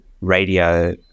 radio